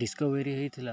discovery ହୋଇଥିଲା